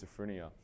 schizophrenia